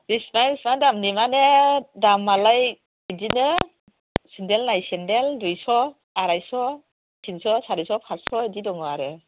बेसेबां बेसेबां दामनि माने दामालाय बिदिनो सेन्देल नायै सेन्देल दुयस' आरायस' थिनस' सारिस' फासस' बिदि दं आरो